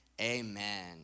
Amen